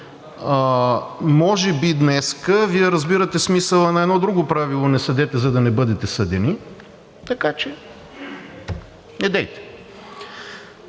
може би днес Вие разбирате смисъла на едно друго правило: „Не съдете, за да не бъдете съдени“, така че, недейте.